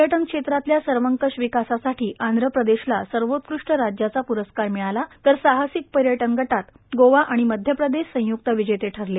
पर्यटन क्षेत्रातल्या सर्वंकष विकासासाठी आंध्र प्रदेशला सर्वोत्कृष्ट राज्याचा प्रस्कार मिळाला तर साहसिक पर्यटन गदात गोवा आणि मध्य प्रदेश संय्रक्त विजेते ठरले